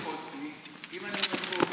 הפלילי (סמכויות אכיפה,